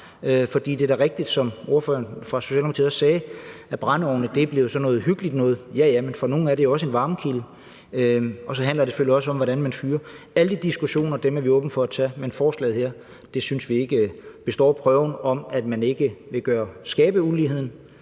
for det er da rigtigt, som ordføreren fra Socialdemokratiet sagde, at brændeovne er blevet sådan noget hyggeligt noget. Ja, men for nogle er det også en varmekilde. Og så handler det selvfølgelig også om, hvordan man fyrer. Alle de diskussioner er vi åbne for at tage, men forslaget her synes vi ikke består prøven, når det handler om ikke at ville skabe ulighed.